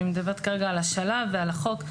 אני מדברת כרגע על השלב ועל החוק.